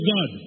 God